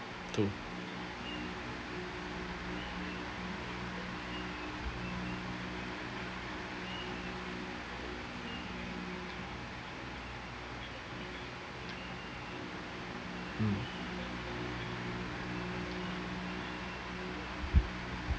too mm